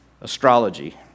Astrology